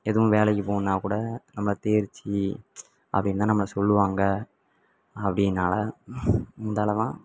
எதுவும் வேலைக்கு போகணுன்னா கூட நம்மளை தேர்ச்சி அப்படின்னுதான் நம்மளை சொல்லுவாங்க அப்படின்னால இந்தளவாக